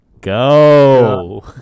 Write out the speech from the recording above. go